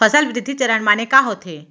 फसल वृद्धि चरण माने का होथे?